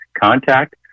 contact